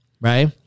right